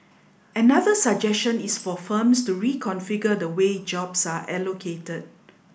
another suggestion is for firms to reconfigure the way jobs are allocated